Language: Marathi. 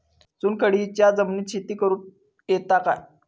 चुनखडीयेच्या जमिनीत शेती करुक येता काय?